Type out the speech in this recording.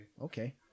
Okay